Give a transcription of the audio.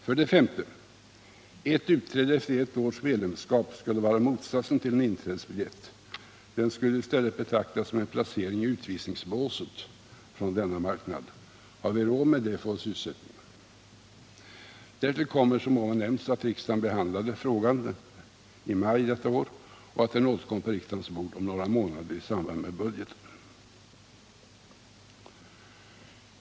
För det femte: Ett utträde efter ett års medlemskap skulle vara motsatsen till en inträdesbiljett — det skulle i stället betraktas som en placering i utvisningsbåset när det gäller denna marknad. Har vi råd med det för vår sysselsättning? Därtill kommer, som nyss nämnts, att riksdagen behandlade frågan i maj detta år och att den återkommer på riksdagens bord om några månader i samband med budgeten.